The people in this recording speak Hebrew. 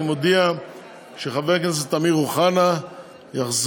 אני מודיע שחבר הכנסת אמיר אוחנה יחזור